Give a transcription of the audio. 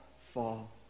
fall